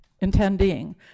intending